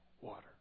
water